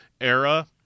era